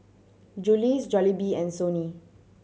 Julie's Jollibee and Sony